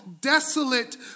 desolate